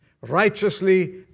righteously